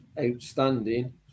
outstanding